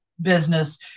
business